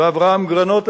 אברהם גרנות,